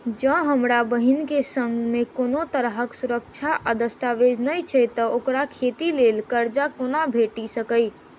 जँ हमरा बहीन केँ सङ्ग मेँ कोनो तरहक सुरक्षा आ दस्तावेज नै छै तऽ ओकरा खेती लेल करजा कोना भेटि सकैये?